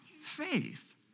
faith